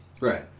Right